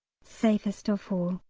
safest of all.